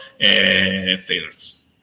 failures